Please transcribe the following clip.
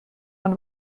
man